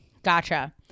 Gotcha